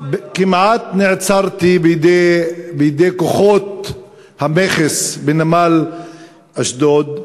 כמעט נעצרתי בידי כוחות המכס בנמל אשדוד.